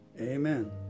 amen